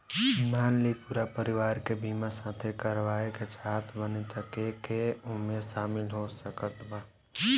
मान ली पूरा परिवार के बीमाँ साथे करवाए के चाहत बानी त के के ओमे शामिल हो सकत बा?